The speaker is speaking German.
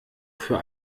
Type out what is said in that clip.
für